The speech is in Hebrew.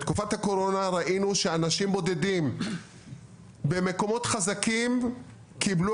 בתקופת הקורונה ראינו שאנשים בודדים במקומות חזקים קיבלו